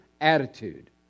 attitude